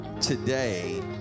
today